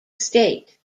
state